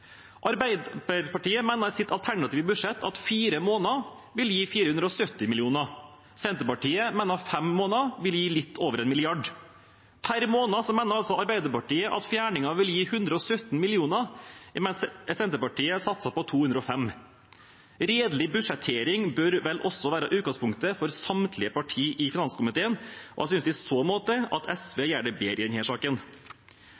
Arbeiderpartiet mener i sitt alternative budsjett at fire måneder vil gi 470 mill. kr, Senterpartiet mener at fem måneder vil gi litt over én milliard. Per måned mener altså Arbeiderpartiet at fjerningen vil gi 117 mill. kr, mens Senterpartiet satser på 205 mill. kr. Redelig budsjettering bør vel også være utgangspunktet for samtlige partier i finanskomiteen, og jeg synes i så måte